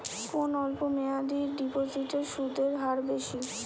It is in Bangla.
কোন অল্প মেয়াদি ডিপোজিটের সুদের হার বেশি?